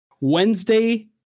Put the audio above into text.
wednesday